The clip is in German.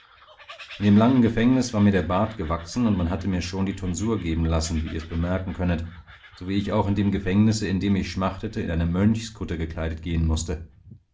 in dem langen gefängnis war mir der bart gewachsen und man hatte mir schon die tonsur geben lassen wie ihr's bemerken könnet so wie ich auch in dem gefängnisse in dem ich schmachtete in eine mönchskutte gekleidet gehen mußte